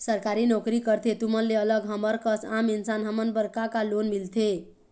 सरकारी नोकरी करथे तुमन ले अलग हमर कस आम इंसान हमन बर का का लोन मिलथे?